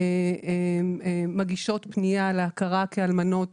מגישות פנייה להכרה כאלמנות,